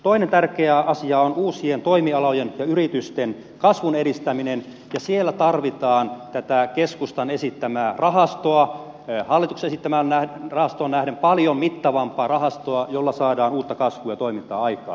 toinen tärkeä asia on uusien toimialojen ja yritysten kasvun edistäminen ja siellä tarvitaan tätä keskustan esittämää rahastoa hallituksen esittämään rahastoon nähden paljon mittavampaa rahastoa jolla saadaan uutta kasvua ja toimintaa aikaan